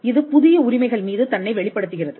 இது புதிய உரிமைகள் மீது தன்னை வெளிப்படுத்துகிறது